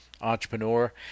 entrepreneur